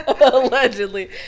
Allegedly